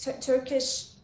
Turkish